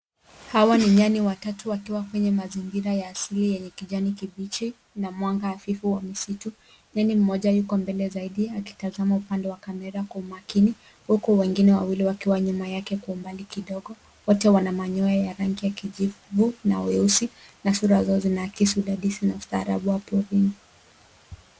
Hawa ni nyani watatu wakiwa kwenye mazingira ya asili yenye kijani kibichi na mwanga hafifu wa misitu. Nyani mmoja yuko mbele zaidi akitazama upande wa kamera kwa umaakini huku wengine wawili wakiwa nyuma yake Kwa umbali kidogo. Wote wana manyoya ya rangi ya kijivu na weusi na sura zao zinaakisi udadisi na ustaraabu wa porini.